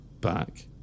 back